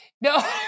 No